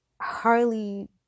Harley